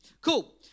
Cool